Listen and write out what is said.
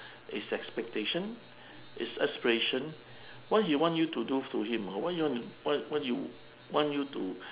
his expectation his aspiration what he want you to do to him or what you want to what what do you want you to